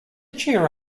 cheer